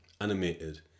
animated